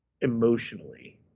emotionally